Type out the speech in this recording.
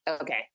okay